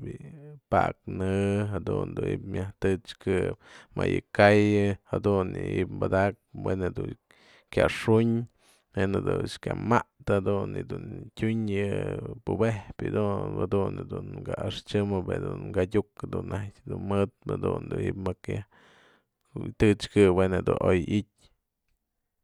bi'i paknë jadun du ji'ib myaj tëchkë'ëpë më yë ka'ayën, jadun yë ji'ib yë ji'ib padaga'akpë wen yë dun kyaxu'un wen jadun kyamatë jadun yë dun tyun pube'ejë yë dun, jadun yë dun mka axchyamet mkatiuk najk jadun mëtpë jadun du ji'ip majk yaj tëchkë'ëpë wen jedun oy iët.